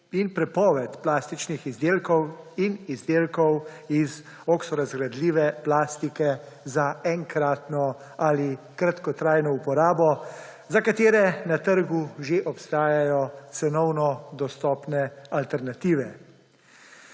in prepoved plastičnih izdelkov in izdelkov iz oksorazgradljive plastike za enkratno ali kratkotrajno uporabo, za katere na trgu že obstajajo cenovno dostopne alternative.